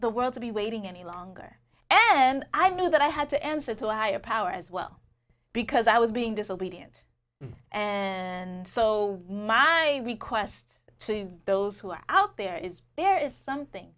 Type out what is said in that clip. the world to be waiting any longer and then i knew that i had to answer to a higher power as well because i was being disobedient and so my request to those who are out there is there is something